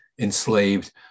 enslaved